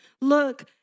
look